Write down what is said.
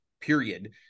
period